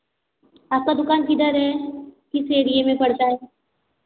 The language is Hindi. आपका दुकान किधर है किस एरिए में पड़ता है